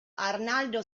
arnaldo